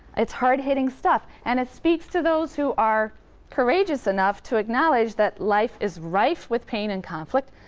it's hard-hitting stuff. and it speaks to those who are courageous enough to acknowledge that life is rife with pain and conflict,